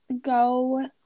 Go